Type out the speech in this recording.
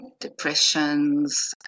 Depressions